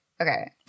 okay